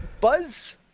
Buzz